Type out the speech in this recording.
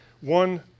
one